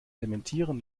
dementieren